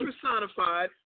personified